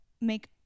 make